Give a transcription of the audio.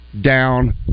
down